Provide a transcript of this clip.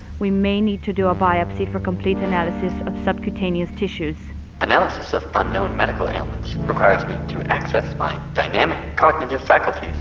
we may need to do a biopsy for complete analysis of subcutaneous tissues analysis of unknown medical ailments requires me to access my dynamic cognitive faculties,